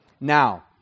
Now